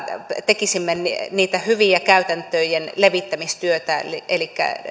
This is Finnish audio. tekisimme niitten hyvien käytäntöjen levittämistyötä elikkä